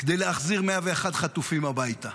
כדי להחזיר 101 חטופים הביתה.